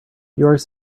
yours